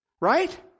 Right